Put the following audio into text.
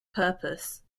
purpose